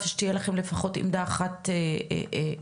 שתהיה לכם לפחות עמדה אחת אחידה.